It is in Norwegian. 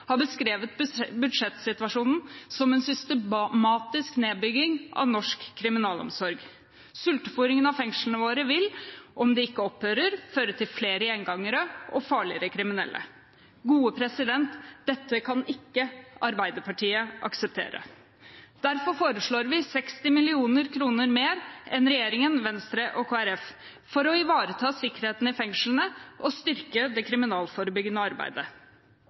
har beskrevet budsjettsituasjonen som en systematisk nedbygging av norsk kriminalomsorg. Sulteforingen av fengslene våre vil, om den ikke opphører, føre til flere gjengangere og farligere kriminelle. Dette kan ikke Arbeiderpartiet akseptere. Derfor foreslår vi 60 mill. kr mer enn regjeringen, Venstre og Kristelig Folkeparti for å ivareta sikkerheten i fengslene og styrke det kriminalitetsforebyggende arbeidet.